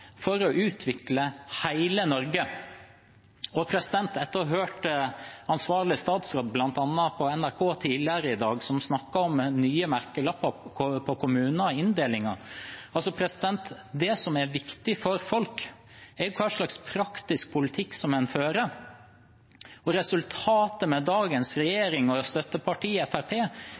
for en plan for å utvikle hele Norge. Jeg hørte ansvarlig statsråd, bl.a. på NRK tidligere i dag, snakke om nye merkelapper på kommunene og nye inndelinger. Det som er viktig for folk, er hvilken praktisk politikk en fører, og resultatet med dagens regjering og